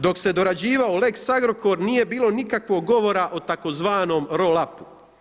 Dok se dorađivao lex Agrokor nije bilo nikakvog govora o tzv. roll upu.